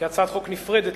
כהצעת חוק נפרדת,